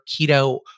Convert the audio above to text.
keto